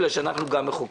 בגלל שאנחנו גם מחוקקים.